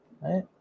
right